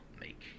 make